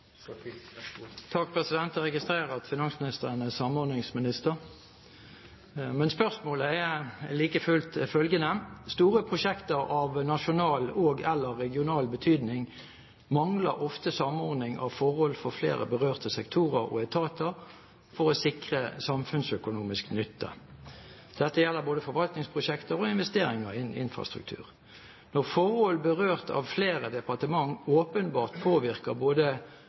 nasjonal og/eller regional betydning mangler ofte samordning av forhold fra flere berørte sektorer og etater for å sikre samfunnsøkonomisk nytte. Dette gjelder både forvaltningsprosjekter og investeringer innen infrastruktur. Når forhold berørt av flere departementer åpenbart påvirker